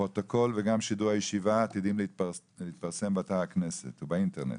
הפרוטוקול וגם שידור הישיבה עתידים להתפרסם באתר הכנסת ובאינטרנט.